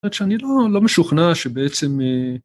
‫עד שאני לא משוכנע שבעצם...